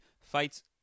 fights